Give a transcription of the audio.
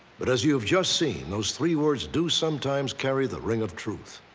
but as you have just seen, those three words do sometimes carry the ring of truth.